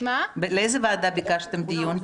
לאיזו ועדה ביקשתם דיון?